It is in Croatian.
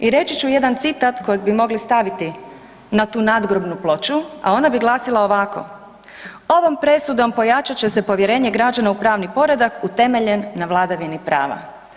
I reći ću jedan citat kojeg bi mogli staviti nad tu nadgrobnu ploču, a ona bi glasila ovako: Ovom presudom pojačat će se povjerenje građana u pravni poredak utemeljen na vladavini prava.